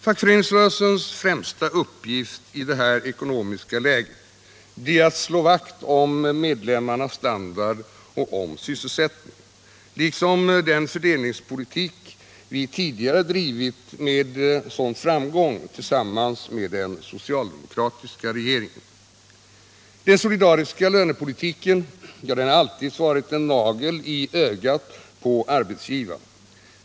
Fackföreningsrörelsens främsta uppgift i det här ekonomiska läget blir att slå vakt om medlemmarnas standard och sysselsättning liksom den fördelningspolitik som vi tidigare drivit med sådan framgång tillsammans med den socialdemokratiska regeringen. Den solidariska lönepolitiken har alltid varit en nagel i ögat på arbetsgivarna.